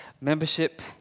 Membership